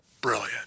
Brilliant